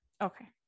Okay